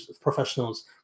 professionals